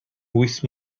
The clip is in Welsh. wyth